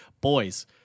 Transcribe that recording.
boys